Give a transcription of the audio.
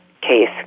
case